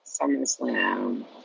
SummerSlam